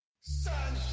Sunshine